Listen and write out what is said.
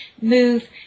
move